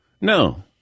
No